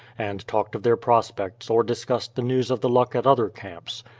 and talked of their prospects or discussed the news of the luck at other camps.